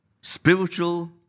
spiritual